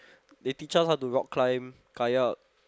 they teach us how to rock climb kayak